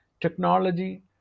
technology